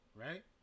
Right